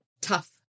tough